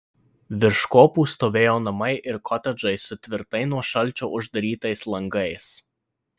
virš kopų stovėjo namai ir kotedžai su tvirtai nuo šalčio uždarytais langais